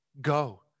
Go